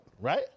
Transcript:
Right